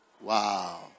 Wow